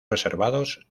reservados